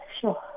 Sure